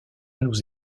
nous